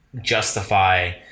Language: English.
justify –